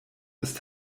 ist